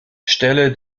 stelle